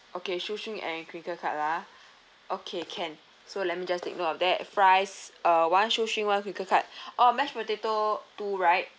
okay shoe string and crinkle cut ah okay can so let me just take note of that fries uh one shoe string one crinkle cut oh mash potato two right